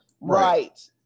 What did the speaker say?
right